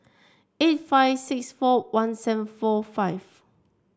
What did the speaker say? eight five six four one seven four five